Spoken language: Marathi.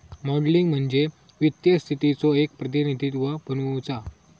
मॉडलिंग म्हणजे वित्तीय स्थितीचो एक प्रतिनिधित्व बनवुचा